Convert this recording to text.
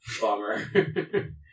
Bummer